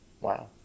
Wow